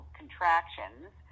contractions